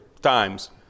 times